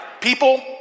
people